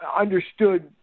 understood